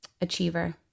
Achiever